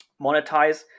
monetize